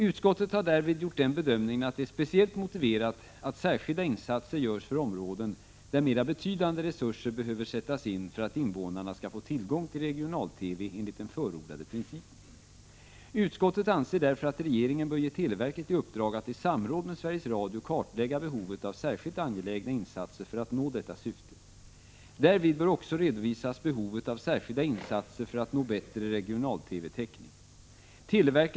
Utskottet har därvid gjort den bedömningen att det är speciellt motiverat att särskilda insatser görs för områden där mera betydande resurser behöver sättas in för att invånarna skall få tillgång till regional-TV enligt den förordade principen. Utskottet anser därför att regeringen bör ge televerket i uppdrag att i samråd med Sveriges Radio kartlägga behovet av särskilt angelägna insatser för att nå detta syfte. Därvid bör också redovisas behovet av särskilda insatser för att nå bättre regional-TV-täckning. Televerket bör vidare redovisa vilka Prot.